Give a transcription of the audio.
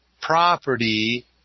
property